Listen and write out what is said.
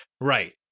Right